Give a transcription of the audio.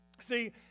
See